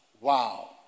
wow